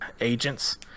Agents